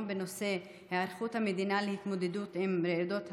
בנושא היערכות המדינה להתמודדות עם רעידות אדמה,